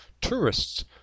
tourists